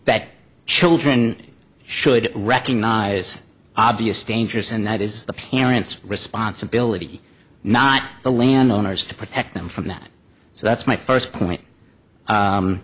that children should recognise obvious dangers and that is the parents responsibility not the landowners to protect them from that so that's my first point